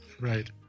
right